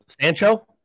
Sancho